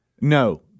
no